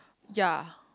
ya